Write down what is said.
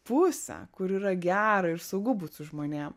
pusę kur yra gera ir saugu būt su žmonėm